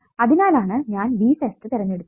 അതിനാലാണ് ഞാൻ V test തിരഞ്ഞെടുത്തതു